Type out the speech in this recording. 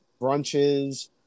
brunches